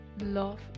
love